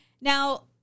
Now